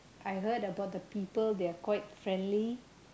I heard about the people they're quite friendly